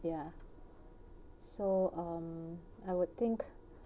ya so um I will think